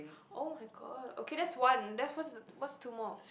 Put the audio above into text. oh-my-god okay that's one then what's two more